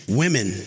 women